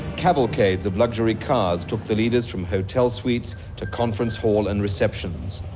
cavalcades of luxury cars took the leaders from hotel suites to conference hall and receptions.